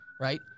right